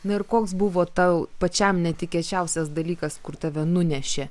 na ir koks buvo tau pačiam netikėčiausias dalykas kur tave nunešė